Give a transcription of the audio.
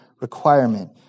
requirement